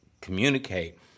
communicate